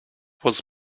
was